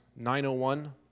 901